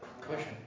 Question